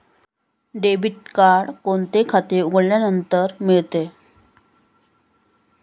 Debit card कोणते खाते उघडल्यानंतर मिळते?